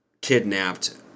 kidnapped